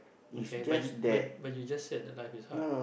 okay but you but but you just said that life is hard